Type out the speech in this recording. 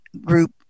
group